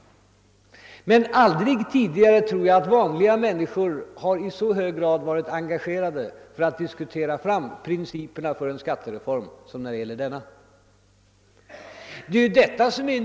Aldrig tidigare har emellertid vanliga människor i så hög grad varit engagerade för att diskutera fram principerna för en skattereform såsom varit förhållandet i detta fall.